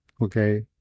Okay